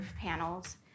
panels